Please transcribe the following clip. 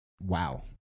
Wow